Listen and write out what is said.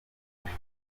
kure